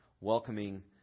welcoming